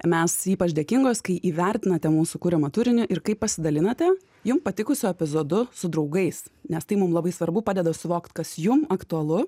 mes ypač dėkingos kai įvertinate mūsų kuriamą turinį ir kai pasidalinate jums patikusiu epizodu su draugais nes tai mum labai svarbu padeda suvokt kas jum aktualu